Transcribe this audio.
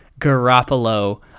Garoppolo